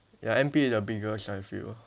ya N_P is the biggest I feel